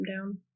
down